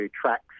tracks